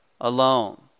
alone